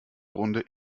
grunde